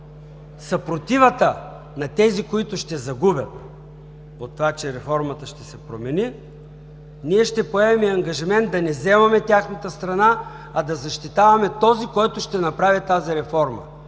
съпротивата на тези, които ще загубят от това, че реформата ще се промени, ние ще поемем ангажимент да не вземаме тяхната страна, а да защитаваме този, който ще направи тази реформа.